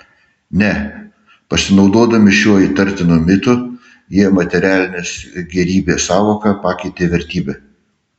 ne pasinaudodami šiuo įtartinu mitu jie materialinės gėrybės sąvoką pakeitė vertybe